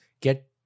get